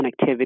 connectivity